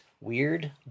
Weird